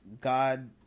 God